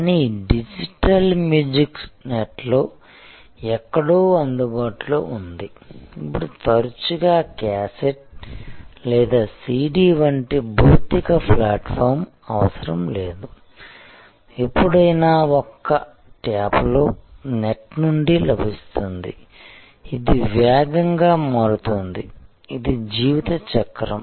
కానీ digital music నెట్లో ఎక్కడో అందుబాటులో ఉంది ఇప్పుడు తరచుగా క్యాసెట్ లేదా సిడి వంటి భౌతిక ప్లాట్ఫాం అవసరం లేదు ఎప్పుడైనా ఒక్క ట్యాప్లో నెట్ నుండి లభిస్తుంది ఇది వేగంగా మారుతుంది ఇది జీవిత చక్రం